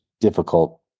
difficult